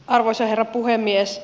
arvoisa herra puhemies